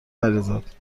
مریزاد